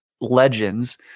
legends